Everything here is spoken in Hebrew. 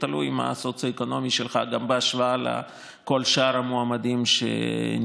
תלוי מה המצב הסוציו-אקונומי שלך גם בהשוואה לכל שאר המועמדים שניגשו.